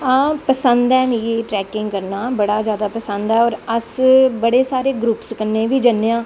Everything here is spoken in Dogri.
हां पसंद ऐ मिगी ट्रैकिंग ककरनां और बड़ा पसंद ऐ अस बड़े सारे ग्रुपस कन्नैं बी जन्ने आं